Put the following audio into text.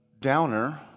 downer